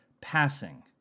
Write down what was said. passing